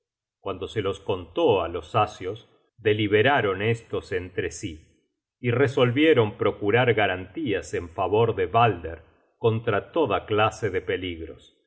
cuando se los contó á los asios deliberaron estos entre sí y resolvieron procurar garantías en favor de balder contra toda clase de peligros